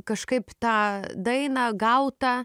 kažkaip tą dainą gautą